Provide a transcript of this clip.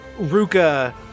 Ruka